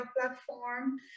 platform